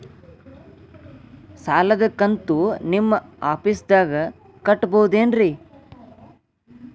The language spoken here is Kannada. ಸಾಲದ ಕಂತು ನಿಮ್ಮ ಆಫೇಸ್ದಾಗ ಕಟ್ಟಬಹುದೇನ್ರಿ?